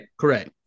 Correct